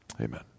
Amen